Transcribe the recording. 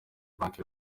banki